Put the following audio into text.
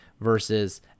versus